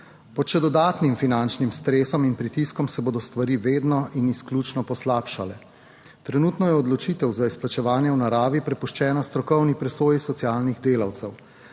Pod še dodatnim finančnim stresom in pritiskom se bodo stvari vedno in izključno poslabšale. Trenutno je odločitev za izplačevanje v naravi prepuščena strokovni presoji socialnih delavcev.